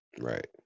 Right